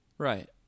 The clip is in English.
Right